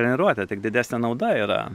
treniruotė tik didesnė nauda yra